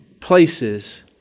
places